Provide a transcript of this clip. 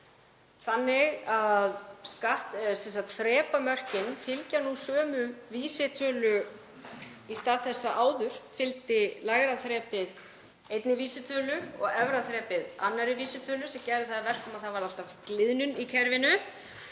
þannig að þrepamörkin fylgja nú sömu vísitölu, í stað þess að áður fylgdi lægra þrepið einni vísitölu og efra þrepið annarri vísitölu sem gerði það að verkum að það varð alltaf gliðnun í kerfinu.